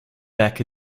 back